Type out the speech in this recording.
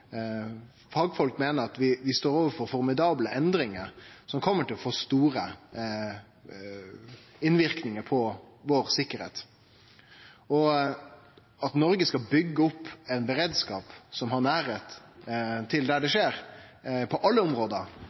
fagfolk meiner at vi står overfor formidable endringar som kjem til å få store innverknader på sikkerheita vår. Om Noreg skal byggje opp ein beredskap som har nærleik til der det skjer, på alle område,